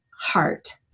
heart